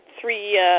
three, –